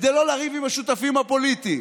כדי לא לריב עם השותפים הפוליטיים.